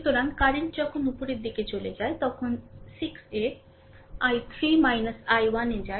সুতরাং কারেন্ট যখন উপরের দিকে চলে যায় তখন তা 6 এ I3 I1 এ যায়